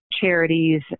charities